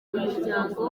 umuryango